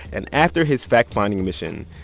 and after his fact-finding mission,